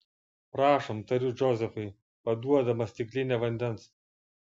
prašom tariu džozefui paduodama stiklinę vandens